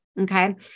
Okay